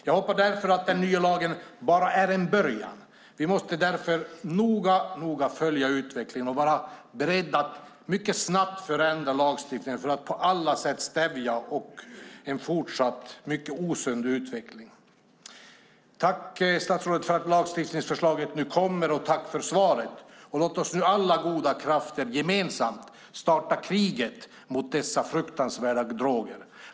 Jag hoppas därför att den nya lagen bara är en början. Vi måste noga följa utvecklingen och vara beredda att mycket snabbt förändra lagstiftningen för att på alla sätt stävja en fortsatt mycket osund utveckling. Tack, statsrådet, för att lagstiftningsförslaget nu kommer och tack för svaret! Låt oss nu, alla goda krafter gemensamt, starta kriget mot dessa fruktansvärda droger!